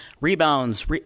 rebounds